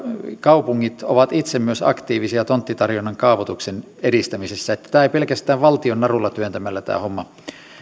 kaupungit ovat itse myös aktiivisia tonttitarjonnan kaavoituksen edistämisessä tämä homma ei pelkästään valtion narulla työntämällä